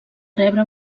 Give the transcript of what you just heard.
rebre